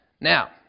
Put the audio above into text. Now